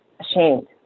ashamed